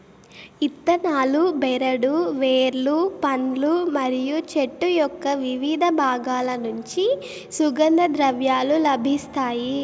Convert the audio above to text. ఇత్తనాలు, బెరడు, వేర్లు, పండ్లు మరియు చెట్టు యొక్కవివిధ బాగాల నుంచి సుగంధ ద్రవ్యాలు లభిస్తాయి